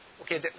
okay